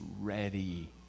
ready